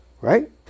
right